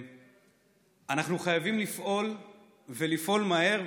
אנחנו חייבים לפעול ולפעול מהר.